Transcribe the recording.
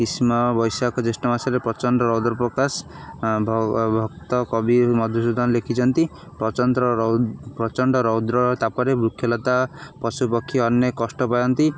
ଗ୍ରୀଷ୍ମ ବୈଶାଖ ଜ୍ୟେଷ୍ଠ ମାସରେ ପ୍ରଚଣ୍ଡ ରୌଦ୍ର ପ୍ରକାଶ ଭ ଭକ୍ତ କବି ମଧୁସୂଦନ ଲେଖିଛନ୍ତି ପ୍ରଚଣ୍ଡ ପ୍ରଚଣ୍ଡ ରୌଦ୍ର ତାପରେ ବୃକ୍ଷଲତା ପଶୁପକ୍ଷୀ ଅନେକ କଷ୍ଟ ପାଆନ୍ତି